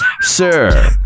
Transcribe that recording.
sir